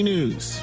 News